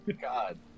God